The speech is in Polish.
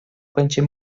będzie